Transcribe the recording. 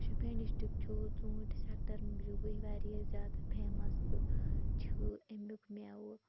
Shopian district چھُ ژھوٗنٛٹھۍ sector موٗجوٗبٕے واریاہ زیادٕ فیمَس تہٕ چھِ امیُک مٮ۪وٕ